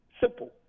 simple